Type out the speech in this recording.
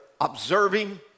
observing